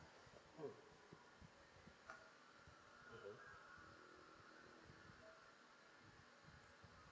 mm mmhmm